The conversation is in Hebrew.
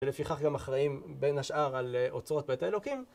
ולפיכך גם אחראים, בין השאר, על אוצרות בית האלוקים.